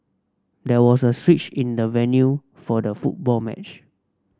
there was a switch in the venue for the football match